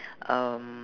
um